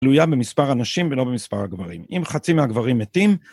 תלויה במספר הנשים ולא במספר הגברים. אם חצי מהגברים מתים...